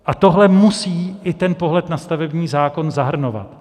A tohle musí i ten pohled na stavební zákon zahrnovat.